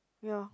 ya